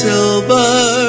Silver